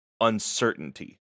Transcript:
Uncertainty